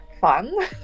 fun